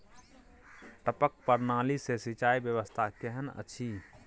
टपक प्रणाली से सिंचाई व्यवस्था केहन अछि?